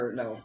no